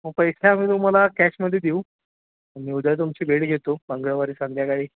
हो पैसा आम्ही तुम्हाला कॅशमध्ये देऊ मी उद्या तुमची भेट घेतो मंगळवारी संध्याकाळी